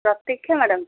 Pratiksha madam